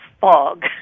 fog